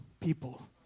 people